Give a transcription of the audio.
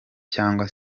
cyangwa